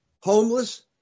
homeless